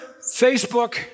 Facebook